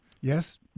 Yes